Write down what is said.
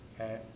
okay